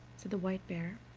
said the white bear,